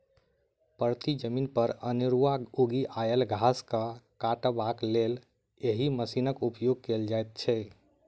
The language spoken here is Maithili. परती जमीन पर अनेरूआ उगि आयल घास के काटबाक लेल एहि मशीनक उपयोग कयल जाइत छै